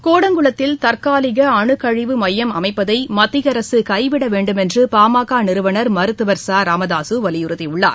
கூடங்குளத்தில் தற்காலிக அனுக்கழிவு மையம் அமைப்பதை மத்திய அரசு கைவிட வேண்டும் என்று பாமக நிறுவனர் மருத்துவர் ச ராமதாசு வலியுறுத்தியுள்ளார்